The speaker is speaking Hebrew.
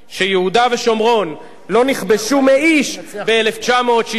שיהודה ושומרון לא נכבשו מאיש ב-1967.